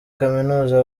kaminuza